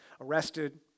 arrested